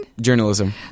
Journalism